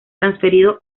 transferido